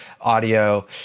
audio